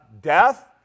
death